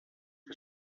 que